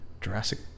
Jurassic